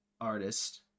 artist